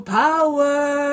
power